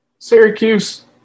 Syracuse